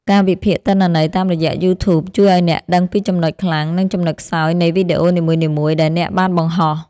ការវិភាគទិន្នន័យតាមរយៈ យូធូប ជួយឱ្យអ្នកដឹងពីចំណុចខ្លាំង និងចំណុចខ្សោយនៃវីដេអូនីមួយៗដែលអ្នកបានបង្ហោះ។